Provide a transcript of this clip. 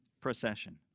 procession